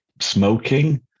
smoking